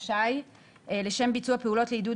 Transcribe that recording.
ומניעת המשך פעולות לגבי אדם שבמהלך פעולות לעידוד